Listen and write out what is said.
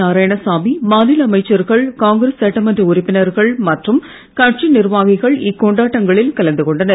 நாராயணசாமி மாநில அமைச்சர்கள் காங்கிரஸ் சட்டமன்ற உறுப்பினர்கள் மற்றும் சட்டமன்ற உறுப்பினர்கள் கொண்டாட்டங்களில் கலந்து கொண்டனர்